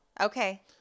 Okay